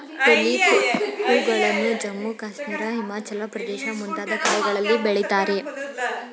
tulip ಹೂಗಳನ್ನು ಜಮ್ಮು ಕಾಶ್ಮೀರ, ಹಿಮಾಚಲ ಪ್ರದೇಶ ಮುಂತಾದ ಕಡೆಗಳಲ್ಲಿ ಬೆಳಿತಾರೆ